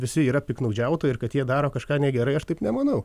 visi yra piktnaudžiautojai ir kad jie daro kažką negerai aš taip nemanau